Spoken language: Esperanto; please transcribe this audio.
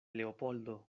leopoldo